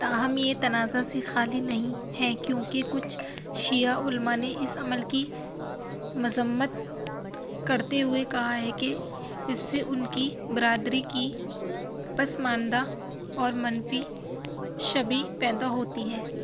تاہم یہ تنازعہ سے خالی نہیں ہے کیونکہ کچھ شیعہ علماء نے اس عمل کی مذمت کرتے ہوئے کہا ہے کہ اس سے ان کی برادری کی پسماندہ اور منفی شبیہ پیدا ہوتی ہے